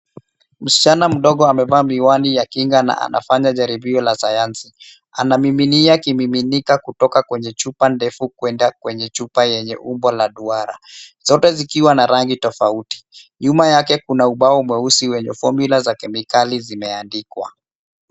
Msichana mdogo amevaa miwani ya kinga na anafanya jaribio la sayansi. Anamiminia ikimiminika kutoka kwenye chupa ndefu kuenda kwenye chupa yenye umbo la duara zote zikiwa na rangi tofauti. Nyuma yake kuna ubao mweusi wenye[cs ] formula[cs ] za kemikali zimeandikwa.